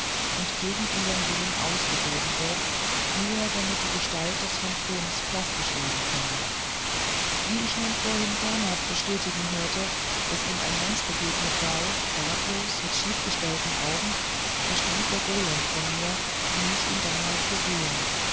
und gegen unsern willen ausgesogen wird nur damit die gestalt des phantoms plastisch werden könne wie ich nun vorhin pernath bestätigen hörte daß ihm ein mensch begegnet sei bartlos mit schiefgestellten augen da stand der golem vor mir wie ich ihn damals gesehen